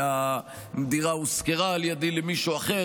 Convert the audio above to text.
הדירה הושכרה על ידי למישהו אחר,